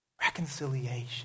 Reconciliation